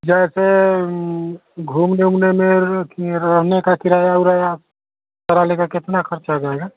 जैसे घूमने ऊमने में कि रहने का किराया उराया सारा लेकर कितना खर्च आ जाएगा